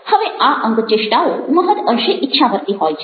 હવે આ અંગચેષ્ટાઓ મહદ અંશે ઈચ્છાવર્તી હોય છે